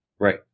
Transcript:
Right